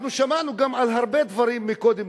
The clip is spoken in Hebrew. אנחנו שמענו גם על הרבה דברים קודם,